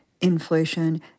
inflation